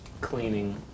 cleaning